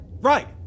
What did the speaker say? Right